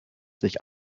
sich